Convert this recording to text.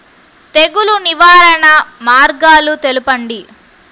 తెగులు నివారణ మార్గాలు తెలపండి?